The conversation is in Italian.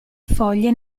foglie